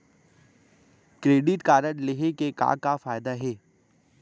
Credit card लेहे के का का फायदा हे?